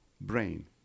Brain